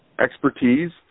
expertise